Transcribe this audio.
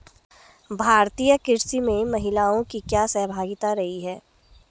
भारतीय कृषि में महिलाओं की क्या सहभागिता रही है?